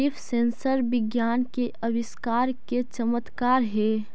leaf sensor विज्ञान के आविष्कार के चमत्कार हेयऽ